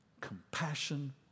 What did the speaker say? compassion